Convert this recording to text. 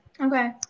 Okay